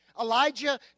Elijah